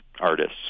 artists